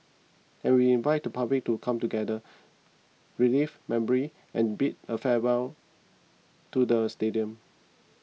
and we invite the public to come together relive memories and bid a farewell to the stadium